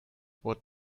what